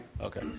Okay